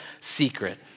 secret